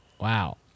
Wow